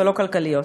ולא כלכליות.